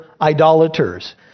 idolaters